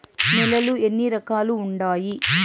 నేలలు ఎన్ని రకాలు వుండాయి?